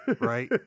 Right